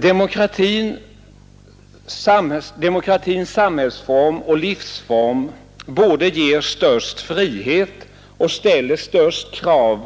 Demokratins samhällsform och livsform ger den största friheten, ställer de största kraven